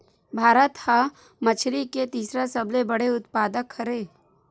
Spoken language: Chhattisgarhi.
भारत हा मछरी के तीसरा सबले बड़े उत्पादक हरे